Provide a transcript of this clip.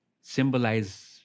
Symbolize